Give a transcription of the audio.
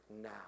now